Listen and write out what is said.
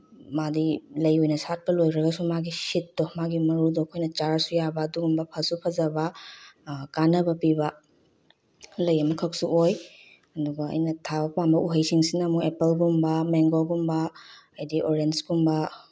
ꯃꯥꯗꯤ ꯂꯩ ꯑꯣꯏꯅ ꯁꯥꯠꯄ ꯂꯣꯏꯈ꯭ꯔꯒꯁꯨ ꯃꯥꯒꯤ ꯁꯤꯠꯇꯣ ꯃꯥꯒꯤ ꯃꯔꯨꯗꯣ ꯑꯩꯈꯣꯏꯅ ꯆꯥꯔꯁꯨ ꯌꯥꯕ ꯑꯗꯨꯒꯨꯝꯕ ꯐꯁꯨ ꯐꯖꯕ ꯀꯥꯟꯅꯕ ꯄꯤꯕ ꯂꯩ ꯑꯃꯈꯛꯁꯨ ꯑꯣꯏ ꯑꯗꯨꯒ ꯑꯩꯅ ꯊꯥꯕ ꯄꯥꯝꯕ ꯎꯍꯩꯁꯤꯡꯁꯤꯅ ꯑꯃꯨꯛ ꯑꯦꯄꯜꯒꯨꯝꯕ ꯃꯦꯡꯒꯣꯒꯨꯝꯕ ꯍꯥꯏꯗꯤ ꯑꯣꯔꯦꯟꯁꯀꯨꯝꯕ